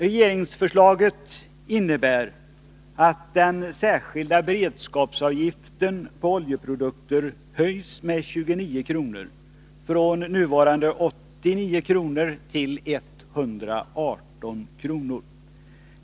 Regeringsförslaget innebär att den särskilda beredskapsavgiften på oljeprodukter höjs med 29 kr. från nuvarande 89 kr. till 118 kr.